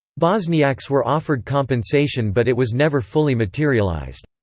bosniaks were offered compensation but it was never fully materialized.